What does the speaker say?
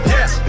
Yes